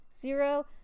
Zero